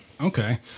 Okay